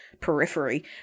periphery